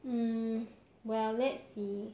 mm well let's see